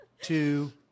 two